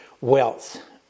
wealth